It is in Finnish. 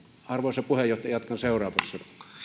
arvoisa puheenjohtaja jatkan seuraavassa